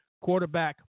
Quarterback